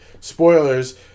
Spoilers